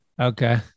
Okay